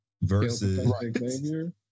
versus